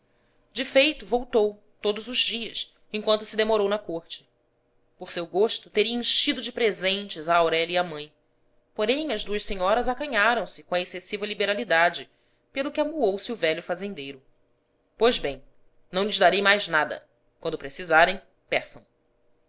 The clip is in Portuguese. de feito voltou todos os dias enquanto se demorou na corte por seu gosto teria enchido de presentes a aurélia e à mãe porém as duas senhoras acanharam se com a excessiva liberalidade pelo que amuou se o velho fazendeiro pois bem não lhes darei mais nada quando precisarem peçam